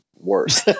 worse